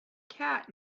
cat